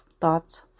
thoughts